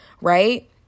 right